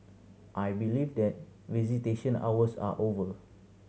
I believe that visitation hours are over